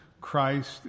Christ